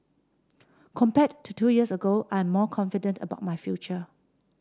compared to two years ago I am more confident about my future